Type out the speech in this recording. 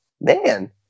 Man